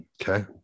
Okay